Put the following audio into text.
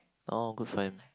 oh good friend